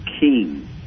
king